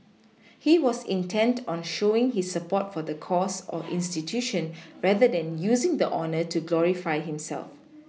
he was intent on showing his support for the cause or institution rather than using the honour to glorify himself